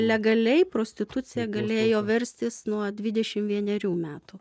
legaliai prostitucija galėjo verstis nuo dvidešim vienerių metų